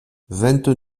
vingt